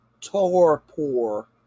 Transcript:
torpor